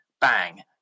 bang